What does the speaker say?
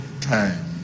time